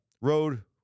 road